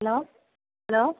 hello hello